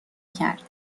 کرد